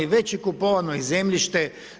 Već je kupovano i zemljište.